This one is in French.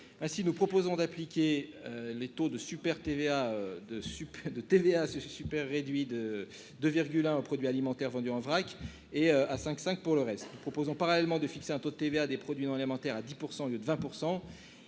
Ainsi, nous proposons d'appliquer le taux de TVA super réduit de 2,1 % aux produits alimentaires vendus en vrac, et le taux de 5,5 % pour le reste. Nous proposons également de fixer un taux de TVA des produits non alimentaires à 10 % au lieu de 20 %.